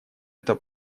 это